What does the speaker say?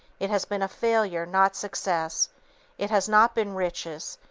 it has been failure, not success it has not been riches,